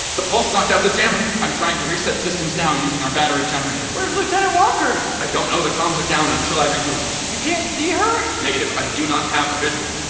the pulse knocked out the jammer. i'm trying to reset systems now using our battery generators where's lieutenant walker? i don't know, the comms are down until i reboot you can't see her? negative, i do not have a visual